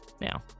now